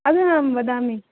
अधुनाहं वदामि